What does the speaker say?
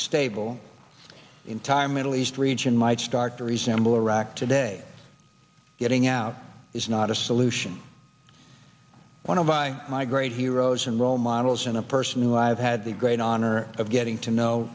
the entire middle east region might start to resemble iraq today getting out is not a solution i want to buy my great heroes and role models in a person who i've had the great honor of getting to know